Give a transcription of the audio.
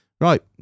right